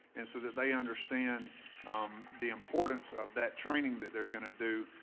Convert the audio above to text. and so that they understand the importance of that training that they're going to do.